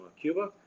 Cuba